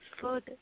food